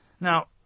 Now